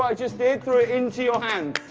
ah just did? threw it into your hand.